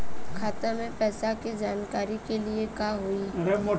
खाता मे पैसा के जानकारी के लिए का होई?